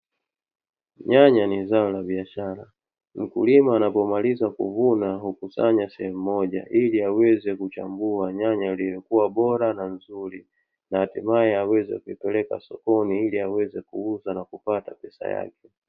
Nyanya ni zao la biashara. Mkulima anapomaliza kuvuna, hukusanya sehemu moja ili aweze kuchambua nyanya iliyokuwa bora na nzuri, na hatimaye aweze kuipeleka sokoni ili aweze kuuza na kupata pesa yake.